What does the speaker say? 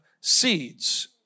seeds